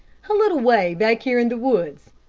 a little way back here in the woods,